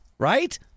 Right